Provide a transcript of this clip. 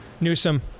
Newsom